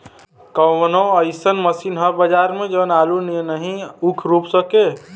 कवनो अइसन मशीन ह बजार में जवन आलू नियनही ऊख रोप सके?